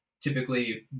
typically